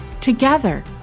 Together